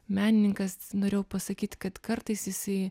menininkas norėjau pasakyt kad kartais jisai